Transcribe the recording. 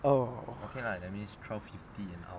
oh